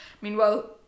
Meanwhile